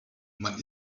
man